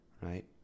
right